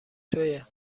تویه